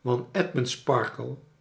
want